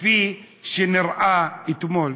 כפי שנראה אתמול.